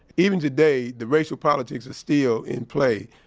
even today, the racial politics are still in place. ah,